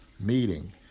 meeting